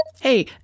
Hey